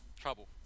trouble